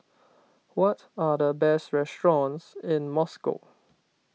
what are the best restaurants in Moscow